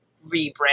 rebrand